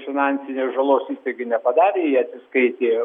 finansinės žalos įstaigai nepadarė jie atsiskaitė